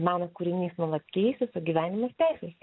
meno kūrinys nuolat keisiso gyvenimas tęsis